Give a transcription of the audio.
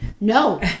No